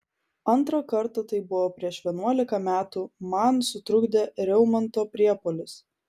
antrą kartą tai buvo prieš vienuolika metų man sutrukdė reumato priepuolis